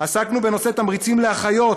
עסקנו בנושא תמריצים לאחיות,